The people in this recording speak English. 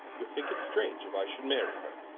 you'ld thinke it strange, if i should marrie her